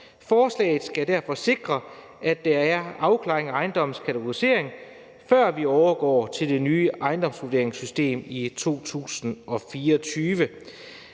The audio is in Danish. Forslaget skal derfor sikre, at der er en afklaring af ejendommens kategorisering, før vi overgår til det nye ejendomsvurderingssystem i 2024.